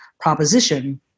proposition